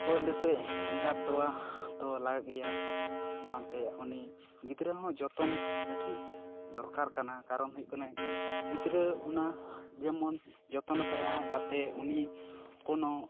ᱯᱳᱭᱞᱳᱛᱮ ᱮᱸᱜᱟᱛ ᱛᱳᱣᱟ ᱛᱳ ᱞᱟᱜᱟᱜ ᱜᱮᱭᱟ ᱥᱟᱶᱛᱮ ᱩᱱᱤ ᱜᱤᱫᱽᱨᱟᱹ ᱦᱚᱸ ᱡᱚᱛᱚᱱ ᱟᱹᱰᱤ ᱫᱚᱨᱠᱟᱨ ᱠᱟᱱᱟ ᱠᱟᱨᱚᱱ ᱦᱩᱭᱩᱜ ᱠᱟᱱᱟ ᱜᱤᱫᱽᱨᱟᱹ ᱚᱱᱟ ᱡᱮᱢᱚᱱ ᱡᱚᱛᱚᱱᱮᱛᱟᱭᱟ ᱡᱟᱛᱮ ᱩᱱᱤ ᱠᱳᱱᱳ